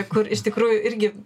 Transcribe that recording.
kur iš tikrųjų irgi